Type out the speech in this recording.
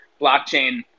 blockchain